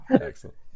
excellent